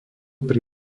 pri